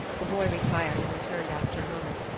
the boy retired and returned after a moment,